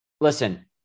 listen